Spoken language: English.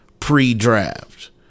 pre-draft